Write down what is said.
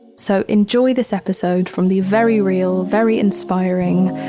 so enjoy this episode from the very real, very inspiring,